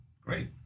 Great